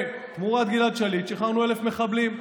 שתמורת גלעד שליט שחררנו 1,000 מחבלים,